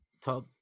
talk